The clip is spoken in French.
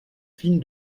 fine